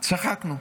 צחקנו.